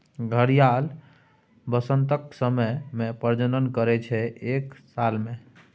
घड़ियाल बसंतक समय मे प्रजनन करय छै एक साल मे